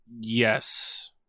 Yes